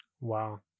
Wow